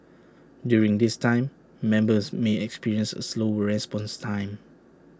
during this time members may experience A slower response time